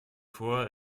vor